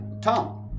Tom